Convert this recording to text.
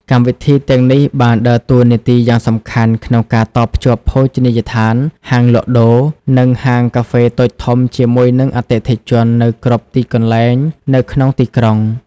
កម្មវិធីទាំងនេះបានដើរតួនាទីយ៉ាងសំខាន់ក្នុងការតភ្ជាប់ភោជនីយដ្ឋាន ហាងលក់ដូរ និងហាងកាហ្វេតូចធំជាមួយនឹងអតិថិជននៅគ្រប់ទីកន្លែងនៅក្នុងទីក្រុង។